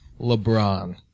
LeBron